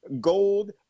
gold